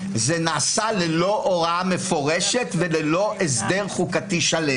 זה נעשה ללא הוראה מפורשת וללא הסדר חוקתי שלם.